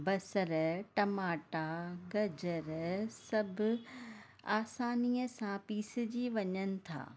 बसर टमाटा गजर सभु आसानीअ सां पीसिजी वञनि था